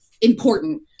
important